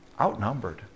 outnumbered